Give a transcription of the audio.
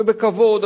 ובכבוד,